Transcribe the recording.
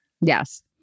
Yes